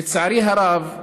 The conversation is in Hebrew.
לצערי הרב,